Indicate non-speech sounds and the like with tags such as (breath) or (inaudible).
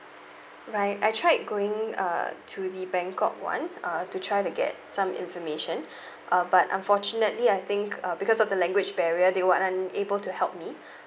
right I tried going uh to the bangkok [one] uh to try to get some information (breath) uh but unfortunately I think uh because of the language barrier they were unable to help me (breath)